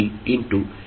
e t